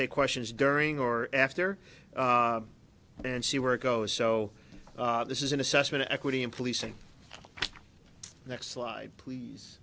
take questions during or after and see where it goes so this is an assessment of equity and policing next slide please